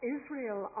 Israel